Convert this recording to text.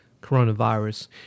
coronavirus